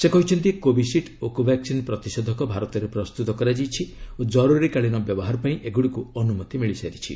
ସେ କହିଛନ୍ତି କୋବିସିଡ୍ ଓ କୋଭାକ୍ସିନ୍ ପ୍ରତିଷେଧକ ଭାରତରେ ପ୍ରସ୍ତୁତ କରାଯାଇଛି ଓ ଜରୁରୀକାଳୀନ ବ୍ୟବହାର ପାଇଁ ଏଗୁଡ଼ିକୁ ଅନୁମତି ମିଳିସାରିଛି